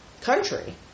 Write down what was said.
country